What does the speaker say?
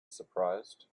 surprised